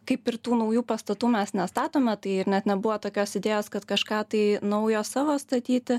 kaip ir tų naujų pastatų mes nestatome tai ir net nebuvo tokios idėjos kad kažką tai naujo savo statyti